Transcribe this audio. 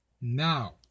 now